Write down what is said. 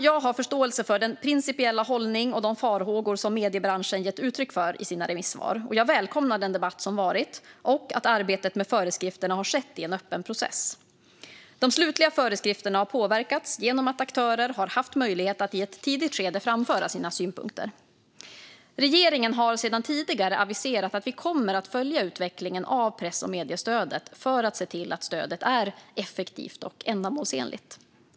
Jag har förståelse för den principiella hållning och de farhågor som mediebranschen gett uttryck för i sina remissvar. Jag välkomnar den debatt som varit och att arbetet med föreskrifterna har skett i en öppen process. De slutliga föreskrifterna har påverkats genom att aktörer har haft möjlighet att i ett tidigt skede framföra sina synpunkter. Regeringen har sedan tidigare aviserat att vi kommer att följa utvecklingen av press och mediestödet för att se till att stödet är effektivt och ändamålsenligt.